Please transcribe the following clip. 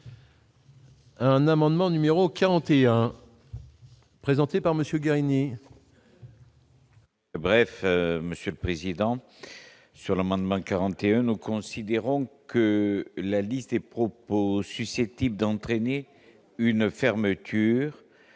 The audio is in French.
Un amendement numéro 41. Présenté par monsieur Guérini. Bref, monsieur le président, sur l'amendement 41, nous considérons que la liste des propos susceptibles d'entraîner une fermeture